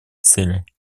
целей